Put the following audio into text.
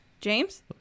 James